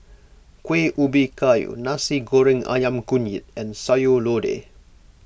Kueh Ubi Kayu Nasi Goreng Ayam Kunyit and Sayur Lodeh